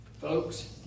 Folks